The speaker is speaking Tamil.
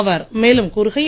அவர் மேலும் கூறுகையில்